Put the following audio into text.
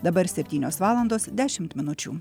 dabar septynios valandos dešimt minučių